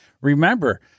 Remember